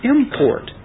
Import